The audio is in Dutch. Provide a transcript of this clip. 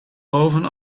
boven